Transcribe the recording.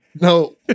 No